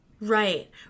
Right